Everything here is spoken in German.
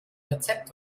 rezept